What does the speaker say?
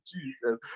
Jesus